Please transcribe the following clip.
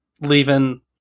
leaving –